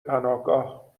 پناهگاه